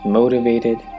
motivated